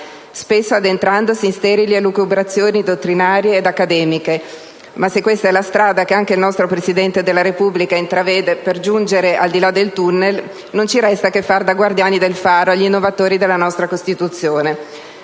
spesso addentrandosi in sterili elucubrazioni dottrinarie ed accademiche, ma se questa è la strada che anche il nostro Presidente della Repubblica intravede per giungere al di là del tunnel, ebbene, non ci resta che far da guardiani del faro agli innovatori della nostra Costituzione.